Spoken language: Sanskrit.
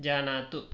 जानातु